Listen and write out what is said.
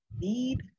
need